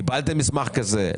קיבלתם מסמך כזה?